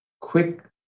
quick